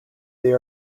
they